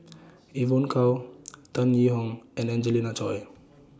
Evon Kow Tan Yee Hong and Angelina Choy